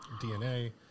DNA